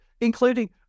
including